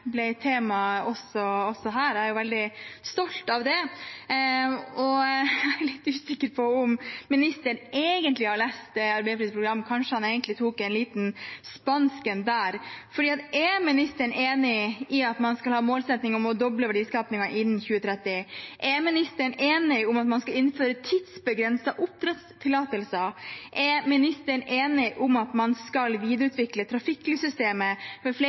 ble tema også her, jeg er veldig stolt av det. Jeg er litt usikker på om ministeren egentlig har lest Arbeiderpartiets program, kanskje han egentlig tok en liten spansk en der, for er ministeren enig i at man skal ha en målsetting om å doble verdiskapingen innen 2030? Er ministeren enig i at man skal innføre tidsbegrensede oppdrettstillatelser? Er ministeren enig i at man skal videreutvikle trafikklyssystemet med flere